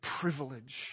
privilege